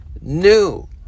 new